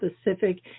specific